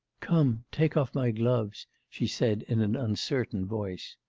come, take off my gloves she said in an uncertain voice.